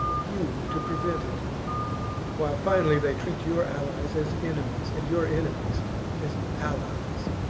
you to prevent it while, finally, they treat your allies as enemies, and your enemies as allies.